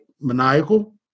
maniacal